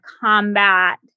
combat